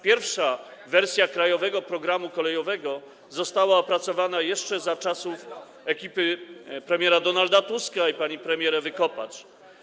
Pierwsza wersja „Krajowego programu kolejowego” została opracowana jeszcze za czasów ekipy premiera Donalda Tuska i pani premier Ewy Kopacz.